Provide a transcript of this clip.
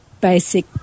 basic